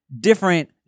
different